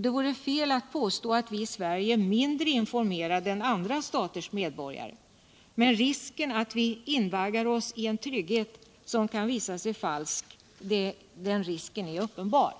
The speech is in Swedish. Det vore fel att påstå att vii Sverige är mindre informerade än andra staters medborgare, men risken att vi invaggar oss I en trygghet som kan visa sig falsk är uppenbar.